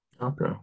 Okay